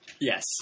Yes